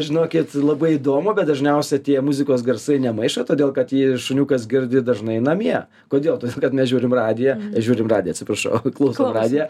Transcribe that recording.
žinokit labai įdomu bet dažniausia tie muzikos garsai nemaišo todėl kad ji šuniukas girdi dažnai namie kodėl todėl kad mes žiūrim radiją žiūrim radiją atsiprašau klausom radiją